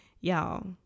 y'all